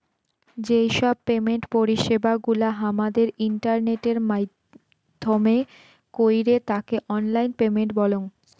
যেই সব পেমেন্ট পরিষেবা গুলা হামাদের ইন্টারনেটের মাইধ্যমে কইরে তাকে অনলাইন পেমেন্ট বলঙ